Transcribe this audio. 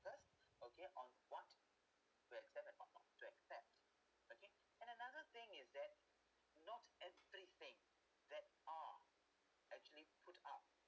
first okay on what when I say that not not to accept okay and another thing is that not everything that are actually put up